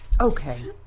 Okay